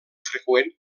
freqüent